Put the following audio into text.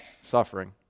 suffering